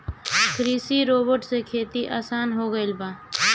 कृषि रोबोट से खेती आसान हो गइल बा